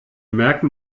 merken